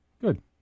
Good